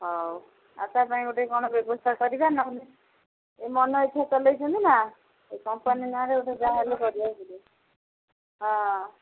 ହଉ ଆଉ ତାଙ୍କ ପାଇଁ ଗୋଟେ କ'ଣ ବ୍ୟବସ୍ଥା କରିବା ନହେଲେ ଏ ମନ ଇଚ୍ଛା ଚଲେଇଛନ୍ତି ନା ଏ କମ୍ପାନୀ ନାଁ'ରେ ଗୋଟେ ଯାହାହେଲେ କରିବା ହଁ